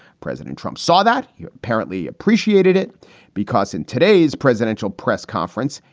president trump saw that you apparently appreciated it because in today's presidential press conference,